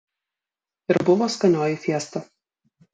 ir buvo skanioji fiesta